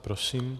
Prosím.